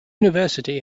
university